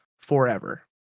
forever